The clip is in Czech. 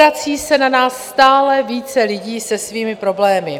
Obrací se na nás stále více lidí se svými problémy.